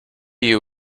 you